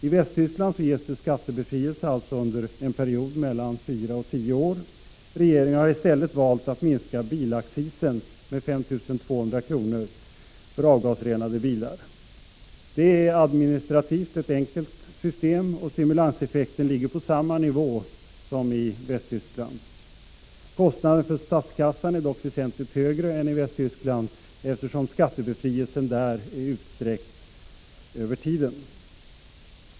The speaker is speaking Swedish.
I Västtyskland ges skattebefrielse under en period på mellan fyra och tio år. Regeringen har i stället valt att minska bilaccisen med 5 200 kr. för avgasrenade bilar. Det är en administrativt enkel åtgärd, och stimulanseffekten ligger på samma nivå som i Västtyskland. Kostnaden för statskassan är dock väsentligt högre än i Västtyskland, eftersom skattebefrielsen där är utsträckt i tiden.